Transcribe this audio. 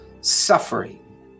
suffering